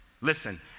listen